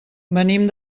venim